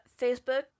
Facebook